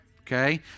okay